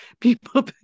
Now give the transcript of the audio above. People